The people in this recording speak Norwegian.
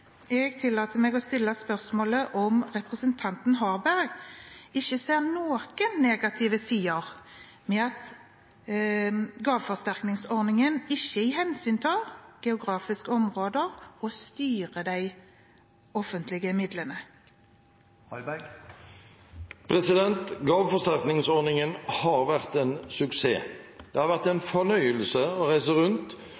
Jeg tillater meg å stille spørsmålet: Ser ikke representanten Harberg noen negative sider ved at gaveforsterkningsordningen ikke tar hensyn til geografiske områder, og at en ikke styrer de offentlige midlene? Gaveforsterkningsordningen har vært en suksess. Det har vært en fornøyelse å reise rundt